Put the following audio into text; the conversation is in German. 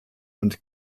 und